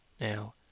Now